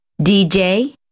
dj